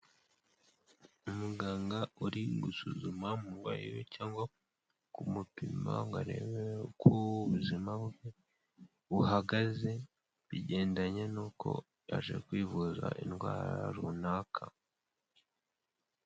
Umuganga uri gusuzuma umurwayi we cyangwa kumupima ngo arebe uko ubuzima bwe buhagaze, bigendanye n'uko yaje kwivuza indwara runaka.